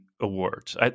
awards